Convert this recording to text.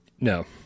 No